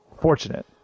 fortunate